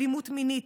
אלימות מינית,